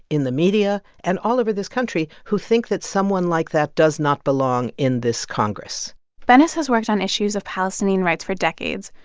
in the media and all over this country who think that someone like that does not belong in this congress bennis has worked on issues of palestinian rights for decades.